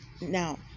now